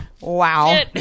wow